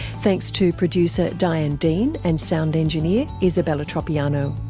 thanks to producer diane dean and sound engineer isabella tropiano.